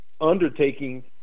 undertaking